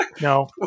no